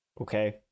okay